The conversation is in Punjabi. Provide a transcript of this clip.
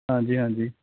ਹਾਂਜੀ ਹਾਂਜੀ